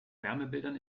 wärmebildern